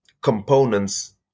components